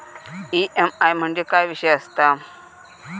EMI म्हणजे काय विषय आसता?